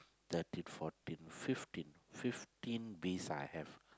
thirteen fourteen fifteen fifteen bees I have